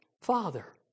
Father